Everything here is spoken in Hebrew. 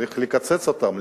צריך לקצץ אותן,